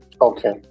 Okay